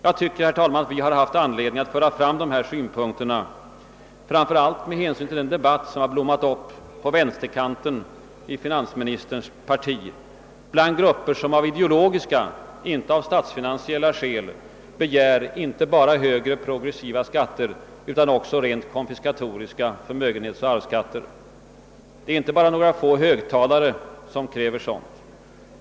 Jag tycker att vi har haft anledning, herr talman, att föra fram dessa synpunkter framför allt med hänsyn till den debatt som blommat upp på vänsterkanten i finansministerns parti bland grupper, som — av ideologiska, inte statsfinansiella skäl — begär inte bara högre progressiva skatter utan också rent konfiskatoriska förmögenhetsoch arvsskatter; Det är inte bara några få »högtalare» som kräver sådant.